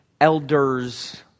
elders